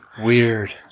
Weird